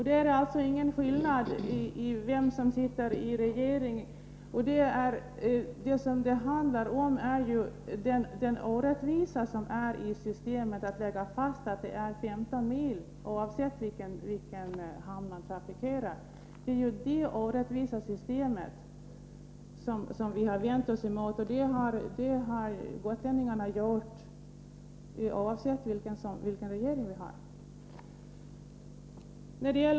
Det gör alltså ingen skillnad vem som sitter i regeringen. Vad det handlar om är den orättvisa som finns i systemet, att man lägger fast en gräns på 15 mil oavsett vilken hamn som trafikeras. Det är detta orättvisa system vi har vänt oss emot. Det har gotlänningarna gjort utan tanke på vilken regering vi har.